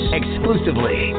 exclusively